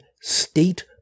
state